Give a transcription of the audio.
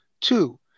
Two